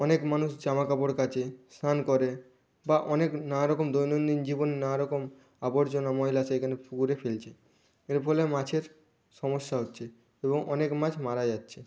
অনেক মানুষ জামা কাপড় কাচে স্নান করে বা অনেক নানা রকম দৈনন্দিন জীবন নানা রকম আবর্জনা ময়লা সেখানে পুকুরে ফেলছে এর ফলে মাছের সমস্যা হচ্ছে এবং অনেক মাছ মারা যাচ্ছে